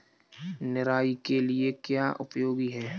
निराई के लिए क्या उपयोगी है?